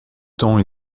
temps